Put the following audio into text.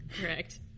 correct